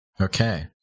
Okay